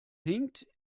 hinkt